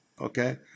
okay